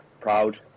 proud